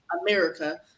America